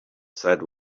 said